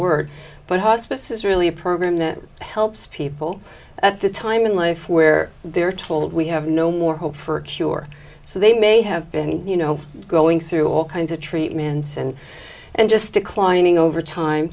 word but hospice is really a program that helps people at the time in life where they're told we have no more hope for a cure so they may have been you know going through all kinds of treatments and and just declining over time